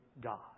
God